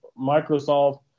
Microsoft